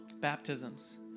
baptisms